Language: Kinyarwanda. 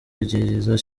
ryiza